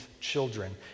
children